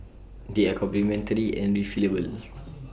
they are complementary and refillable